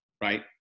right